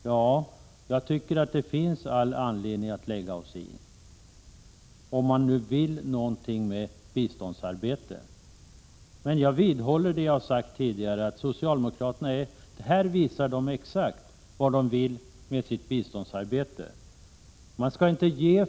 Jag tycker att det finns all anledning att vi lägger oss i, om vi vill någonting med biståndsarbetet. Jag vidhåller det jag har sagt tidigare, dvs. att socialdemokraterna här visar exakt vad de vill med sitt biståndsarbete.